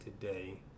today